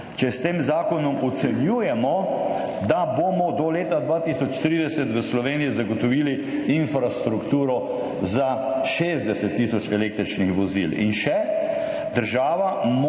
če s tem zakonom ocenjujemo, da bomo do leta 2030 v Sloveniji zagotovili infrastrukturo za 60 tisoč električnih vozil. In še, država